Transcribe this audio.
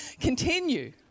continue